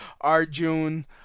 Arjun